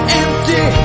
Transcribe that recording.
empty